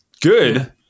Good